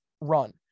run